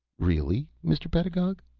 really, mr. pedagog,